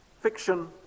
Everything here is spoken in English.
fiction